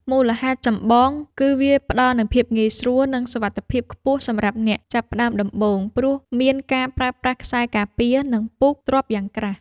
មូលហេតុចម្បង គឺវាផ្ដល់នូវភាពងាយស្រួល និងសុវត្ថិភាពខ្ពស់សម្រាប់អ្នកចាប់ផ្ដើមដំបូង ព្រោះមានការប្រើប្រាស់ខ្សែការពារ និងពូកទ្រាប់យ៉ាងក្រាស់។